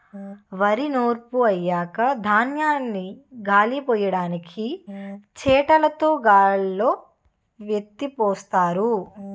వరి నూర్పు అయ్యాక ధాన్యాన్ని గాలిపొయ్యడానికి చేటలుతో గాల్లో ఎత్తిపోస్తారు